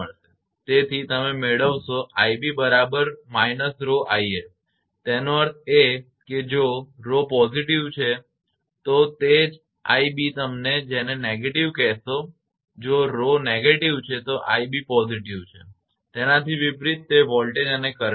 તેથી તમે મેળવશો 𝑖𝑏 બરાબર −𝜌𝑖𝑓 એનો અર્થ એ કે જો 𝜌 positive છે તો તે જ 𝑖𝑏 તમે જેને negative કહેશો અને જો 𝜌 negative છે તો 𝑖𝑏 positive છે તેનાથી વિપરીત તે વોલ્ટેજ અને કરંટ છે